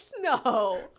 no